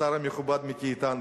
השר המכובד מיקי איתן,